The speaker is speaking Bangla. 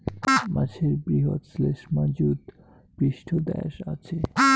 মাছের বৃহৎ শ্লেষ্মাযুত পৃষ্ঠদ্যাশ আচে